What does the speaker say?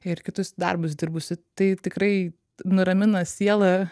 ir kitus darbus dirbusi tai tikrai nuramina sielą